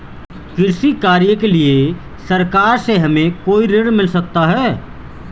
कृषि कार्य के लिए सरकार से हमें कोई ऋण मिल सकता है?